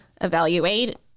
evaluate